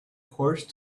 horse